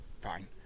fine